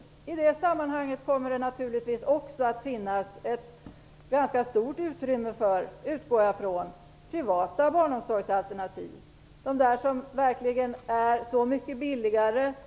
Jag utgår ifrån att det i det sammanhanget naturligtvis också kommer att finnas ett ganska stort utrymme för privata barnomsorgsalternativ - de som verkligen är så mycket billigare.